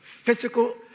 Physical